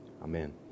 Amen